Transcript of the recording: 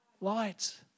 light